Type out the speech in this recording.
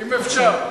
אם אפשר.